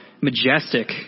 majestic